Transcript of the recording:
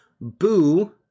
boo